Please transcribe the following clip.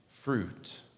fruit